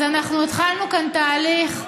אז התחלנו כאן תהליך,